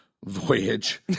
Voyage